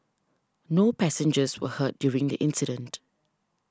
no passengers were hurt during the incident